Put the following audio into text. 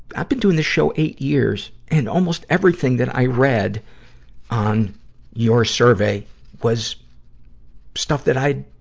i've been doing this show eight years, and almost everything that i read on your survey was stuff that i'd,